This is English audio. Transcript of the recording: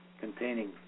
containing